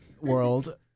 world